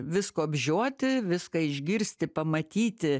visko apžioti viską išgirsti pamatyti